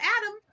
adam